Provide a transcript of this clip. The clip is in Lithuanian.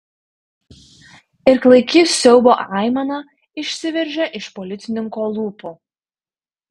ir klaiki siaubo aimana išsiveržė iš policininko lūpų